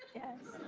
yes.